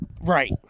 right